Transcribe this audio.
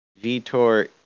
Vitor